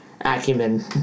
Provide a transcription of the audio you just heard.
acumen